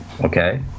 Okay